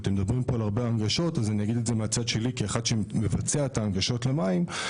אני אגיד את זה מהצד שלי כאחד שמבצע את ההנגשות למים.